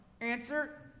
Answer